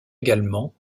également